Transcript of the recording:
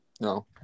No